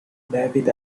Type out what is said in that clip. david